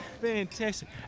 Fantastic